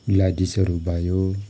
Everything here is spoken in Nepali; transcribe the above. ग्ल्याडिसहरू भयो